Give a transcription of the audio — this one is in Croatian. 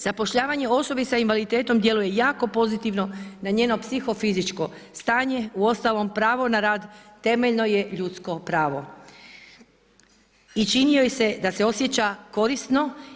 Zapošljavanje osobi s invaliditetom djeluje jako pozitivno na njeno psiho-fizičko stanje, uostalom pravo na rad temeljno je ljudsko pravo i čini joj se da se osjeća korisno.